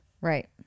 right